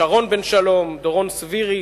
שרון בן-שלום, דורון סבירי,